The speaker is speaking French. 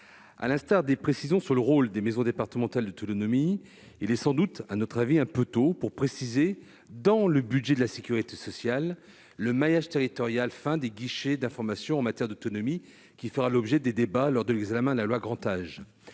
À l'instar des précisions sur le rôle des maisons départementales de l'autonomie, il est sans doute un peu tôt pour préciser dans le budget de la sécurité sociale le maillage territorial fin des guichets d'information en matière d'autonomie, qui fera l'objet de débats lors de l'examen de la loi grand âge.